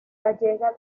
gallega